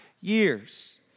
years